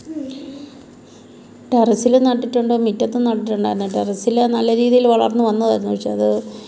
ടെറസ്സിലും നട്ടിട്ടുണ്ട് മുറ്റത്തും നട്ടിട്ടുണ്ടായിരുന്നു ടെറസ്സിലേത് നല്ല രീതിയിൽ വളർന്നു വന്നതായിരുന്നു പക്ഷേ അത്